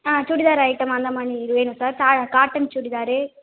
ஆ churidar item அந்தமாரி வேணும் sir கா காட்டன் சுடிதாரு